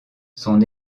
son